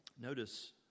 Notice